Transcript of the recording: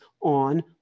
on